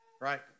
right